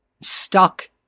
stuck